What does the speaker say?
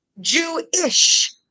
Jew-ish